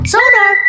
Sonar